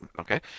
Okay